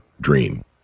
dream